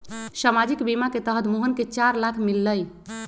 सामाजिक बीमा के तहत मोहन के चार लाख मिललई